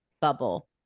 bubble